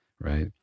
right